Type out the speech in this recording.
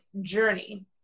journey